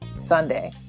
Sunday